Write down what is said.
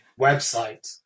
website